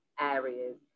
areas